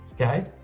okay